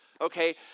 okay